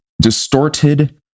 Distorted